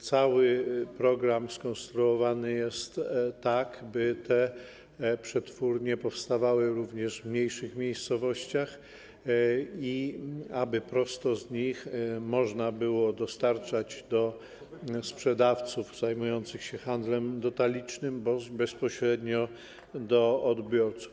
Cały program skonstruowany jest tak, by przetwórnie powstawały również w mniejszych miejscowościach i aby prosto z nich można było dostarczać do sprzedawców zajmujących się handlem detalicznym bądź bezpośrednio do odbiorców.